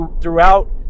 throughout